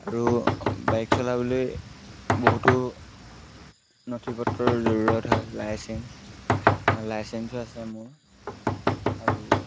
আৰু বাইক চলাবলৈ বহুতো নথিপত্ৰৰ জৰুৰত হয় লাইচেন্স লাইচেন্সো আছে মোৰ আৰু